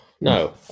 no